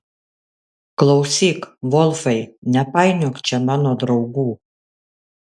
klausyk volfai nepainiok čia mano draugų